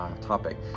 topic